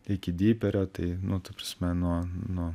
iki dyperio tai nu ta prasme nu nu